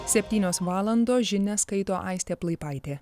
septynios valandos žinias skaito aistė plaipaitė